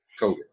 COVID